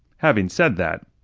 having said that,